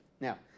Now